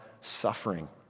suffering